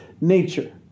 nature